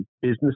business